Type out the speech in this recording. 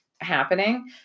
Happening